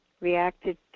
reacted